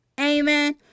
Amen